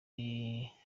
yafunze